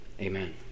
Amen